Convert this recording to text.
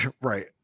Right